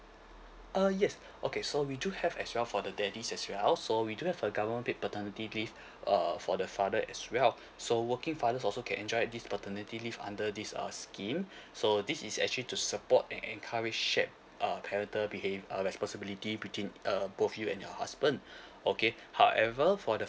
uh yes okay so we do have extra for the daddies as well so we do have a government paid paternity leave uh for the father as well so working fathers also can enjoy this paternity leave under this uh scheme so this is actually to support and encourage shack uh parental behav~ uh responsibility between uh both you and your husband okay however for the